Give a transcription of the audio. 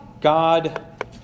God